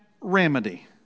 remedy